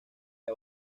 que